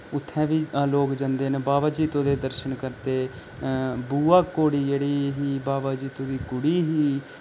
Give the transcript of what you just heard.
उत्थैं बी लोक जन्दे न बाबा जित्तो दे दर्शन करदे बुआ कौड़ी जेह्ड़ी ही बाबा जित्तो दी कुड़ी ही